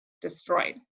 destroyed